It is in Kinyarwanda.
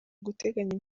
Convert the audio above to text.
guteganya